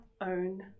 own